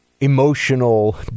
emotional